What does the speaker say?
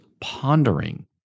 pondering